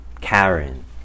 Karen